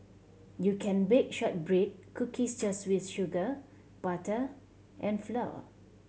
you can bake shortbread cookies just with sugar butter and flour